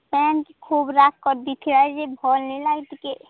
କାଇଁ କି ଖୁବ୍ ରାଗ କରି ଦେଇଥିଲା ଯେ ଭଲ୍ ନାଇ ଲାଗିଲା ଟିକେ